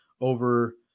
over